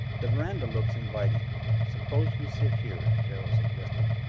the veranda looks inviting suppose we sit here, darrell suggested.